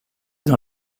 dans